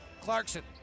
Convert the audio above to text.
Clarkson